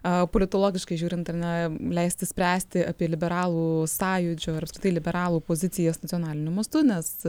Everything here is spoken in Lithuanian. politologiškai žiūrint ar ne leisti spręsti apie liberalų sąjūdžio ir apskritai liberalų pozicijas nacionaliniu mastu nes